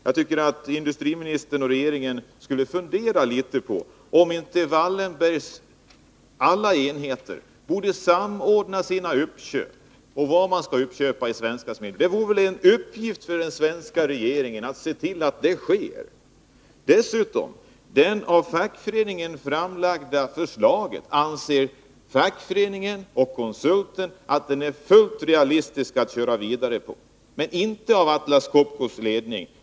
Jag tycker att industriministern och regeringen skulle fundera litet på om inte Wallenbergs alla enheter borde samordna sina uppköp i svenska smedjor. Det vore väl en uppgift för den svenska regeringen att se till att det sker. Det av fackföreningen framlagda förslaget anser fackföreningen och konsulten vara fullt realistiskt att bygga vidare på. Men det anser inte Atlas Copcos ledning.